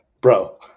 bro